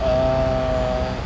err